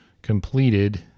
completed